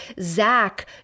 Zach